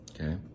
Okay